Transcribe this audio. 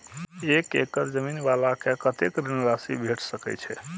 एक एकड़ जमीन वाला के कतेक ऋण राशि भेट सकै छै?